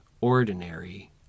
ordinary